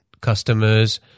customers